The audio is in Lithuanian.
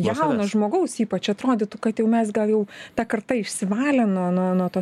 jauno žmogaus ypač atrodytų kad jau mes gal jau ta karta išsivalė nuo nuo nuo to